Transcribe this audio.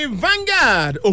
vanguard